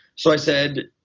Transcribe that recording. so i said,